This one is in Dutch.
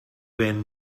ben